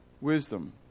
wisdom